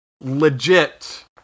legit